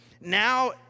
Now